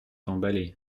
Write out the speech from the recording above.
emballé